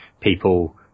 people